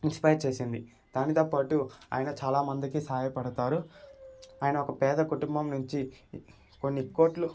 inspire చేసింది దానితో పాటు ఆయన చాలా మందికి సహాయ పడతారు ఆయన ఒక పేద కుటుంబం నుంచి కొన్ని కోట్లు